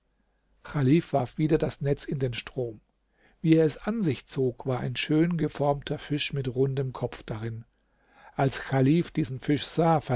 warf wieder das netz in den strom wie er es an sich zog war ein schön geformter fisch mit rundem kopf darin als chalif diesen fisch sah